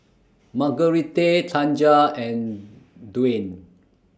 Margurite Tanja and Dwayne